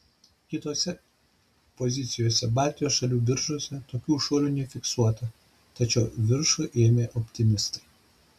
kitose pozicijose baltijos šalių biržose tokių šuolių nefiksuota tačiau viršų ėmė optimistai